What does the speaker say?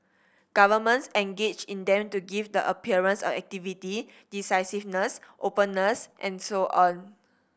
governments engage in them to give the appearance of activity decisiveness openness and so on